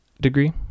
degree